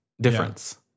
difference